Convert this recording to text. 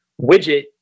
widget